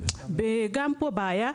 וגם פה הבעיה,